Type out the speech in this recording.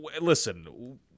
Listen